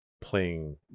playing